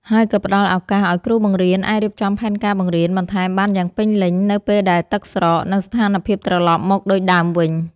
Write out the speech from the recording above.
ហើយក៏ផ្តល់ឱកាសឱ្យគ្រូបង្រៀនអាចរៀបចំផែនការបង្រៀនបន្ថែមបានយ៉ាងពេញលេញនៅពេលដែលទឹកស្រក និងស្ថានភាពត្រឡប់មកដូចដើមវិញ។